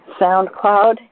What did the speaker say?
SoundCloud